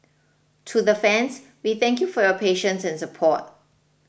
to the fans we thank you for your patience and support